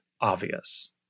obvious